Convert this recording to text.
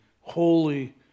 Holy